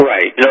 Right